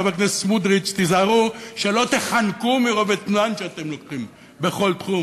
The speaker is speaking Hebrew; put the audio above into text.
חבר הכנסת סמוטריץ: תיזהרו שלא תיחנקו מרוב אתנן שאתם לוקחים בכל תחום.